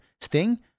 Sting